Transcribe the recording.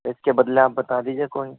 اِس کے بدلے آپ بتا دیجیے کوئی